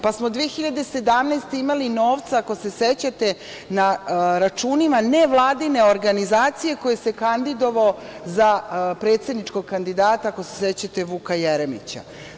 Pa smo 2017. godine imali novca, ako se sećate, na računima nevladine organizacije koji se kandidovao za predsedničkog kandidata, ako se sećate, Vuka Jeremića.